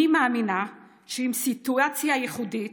אני מאמינה שעם סיטואציה ייחודית